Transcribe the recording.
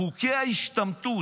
חוקי ההשתמטות.